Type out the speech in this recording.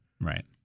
right